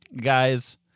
Guys